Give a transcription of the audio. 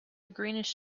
greenish